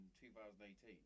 2018